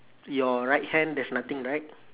your right hand there's nothing right